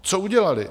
Co udělaly?